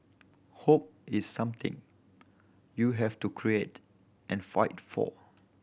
hope is something you have to create and fight for